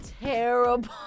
terrible